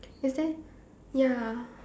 is there ya